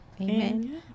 amen